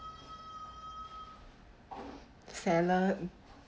salad